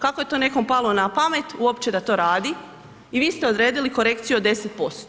Kako je to nekome palo na pamet uopće da to radi i vi ste odredili korekciju od 10%